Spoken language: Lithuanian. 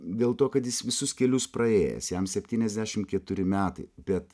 dėl to kad jis visus kelius praėjęs jam septyniasdešim keturi metai bet